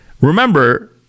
remember